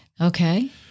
Okay